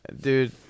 Dude